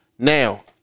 Now